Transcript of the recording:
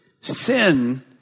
Sin